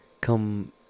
come